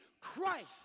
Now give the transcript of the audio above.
Christ